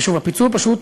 ושוב, הפיצול פשוט